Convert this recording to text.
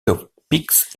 topics